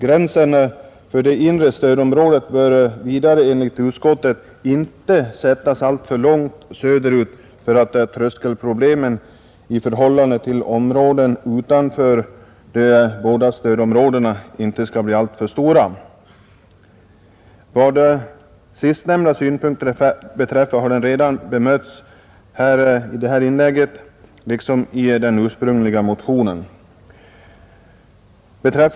Gränsen för det inre stödområdet bör vidare enligt utskottet ”inte sättas alltför långt söderut för att tröskelproblemen i förhållande till områden utanför de båda stödområdena inte skall bli alltför stora”. Vad sistnämnda synpunkt beträffar har den redan bemötts här i detta inlägg liksom i motionen.